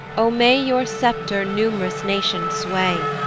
o may your sceptre num'rous nations sway,